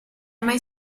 mai